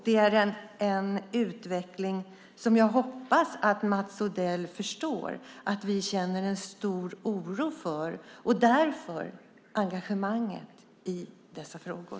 Detta är en utveckling som jag hoppas att Mats Odell förstår att vi känner en stor oro för, därav engagemanget i dessa frågor.